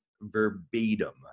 verbatim